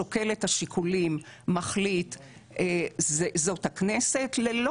שוקל את השיקולים ומחליט זאת הכנסת ללא